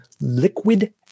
liquid